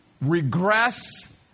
regress